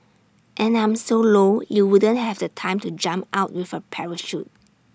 and I'm so low you wouldn't have the time to jump out with A parachute